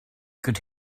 could